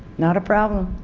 not a problem.